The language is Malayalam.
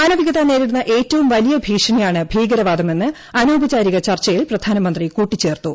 മാനവികത നേരിടുന്ന ഏറ്റവും വലിയ ഭീഷണിയാണ് ഭീകരവാദമെന്ന് അനൌപചാരിക ചർച്ചയിൽ പ്രധാനമന്ത്രി കൂട്ടിച്ചേർത്തു